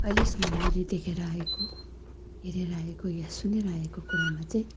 अहिलेसम्म मैले देखेर आएको हेरेर आएको या सुनेर आएको कुरामा चाहिँ